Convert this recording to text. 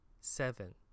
seven